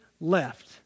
left